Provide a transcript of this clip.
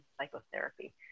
psychotherapy